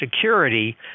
security